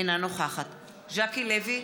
אינה נוכחת ז'קי לוי,